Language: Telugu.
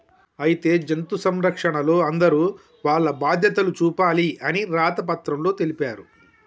అయితే జంతు సంరక్షణలో అందరూ వాల్ల బాధ్యతలు చూపాలి అని రాత పత్రంలో తెలిపారు